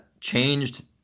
changed